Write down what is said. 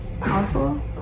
powerful